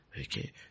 okay